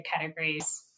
categories